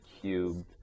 cubed